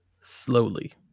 slowly